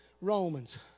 Romans